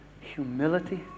humility